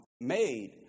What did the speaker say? made